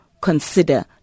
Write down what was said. consider